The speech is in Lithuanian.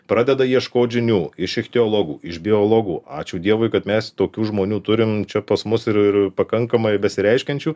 pradeda ieškot žinių iš ichtiologų iš biologų ačiū dievui kad mes tokių žmonių turim čia pas mus ir ir pakankamai besireiškiančių